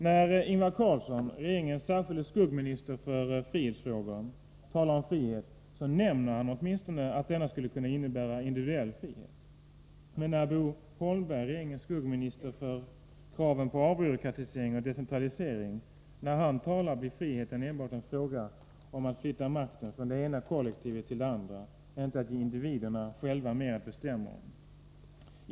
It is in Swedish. När Ingvar Carlsson, regeringens särskilde skuggminister för frihetsfrågor, talar om frihet nämner han åtminstone att denna skulle kunna innebära individuell frihet. Men när Bo Holmberg, regeringens skuggminister för kraven på avbyråkratisering och decentralisering, talar blir friheten enbart en fråga om att flytta makten från det ena kollektivet till det andra, inte att ge individerna själva mer att bestämma om.